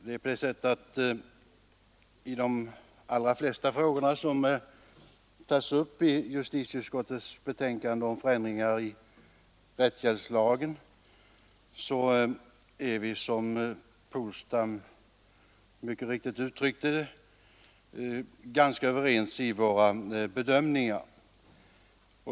Herr talman! I de allra flesta frågor som tas upp i justitieutskottets betänkande om förändringar i rättshjälpslagen är vi, som herr Polstam mycket riktigt uttryckte det, ganska överens i våra bedömningar.